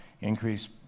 increase